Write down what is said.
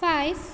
five